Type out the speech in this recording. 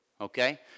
Okay